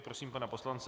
Prosím pana poslance.